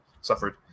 suffered